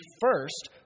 first